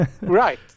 Right